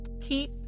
keep